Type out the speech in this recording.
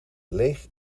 leeg